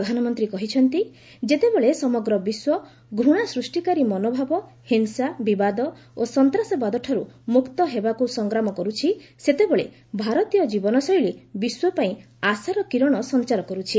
ପ୍ରଧାନମନ୍ତ୍ରୀ କହିଛନ୍ତି ଯେତେବେଳେ ସମଗ୍ର ବିଶ୍ୱ ଘୂଣା ସୃଷ୍ଟିକାରୀ ମନୋଭାବ ହିଂସା ବିବାଦ ଓ ସନ୍ତାସବାଦଠାରୁ ମୁକ୍ତ ହେବାକୁ ସଂଗ୍ରାମ କରୁଛି ସେତେବେଳେ ଭାରତୀୟ ଜୀବନଶୈଳୀ ବିଶ୍ୱ ପାଇଁ ଆଶାର କିରଣ ସଞ୍ଚାର କରୁଛି